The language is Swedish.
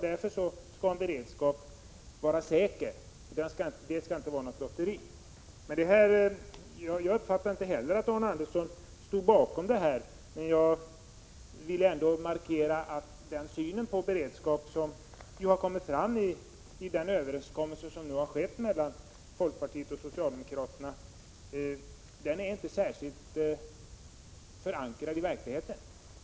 Därför skall man vara säker när det gäller beredskap. Det skall inte vara något lotteri. Jag uppfattade inte heller att Arne Andersson stod bakom den redovisade synen, men jag ville ändå markera att den syn på beredskap som har kommit fram i den överenskommelse som har träffats mellan folkpartiet och socialdemokraterna inte är särskilt väl förankrad i verkligheten.